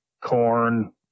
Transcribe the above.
corn